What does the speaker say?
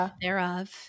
thereof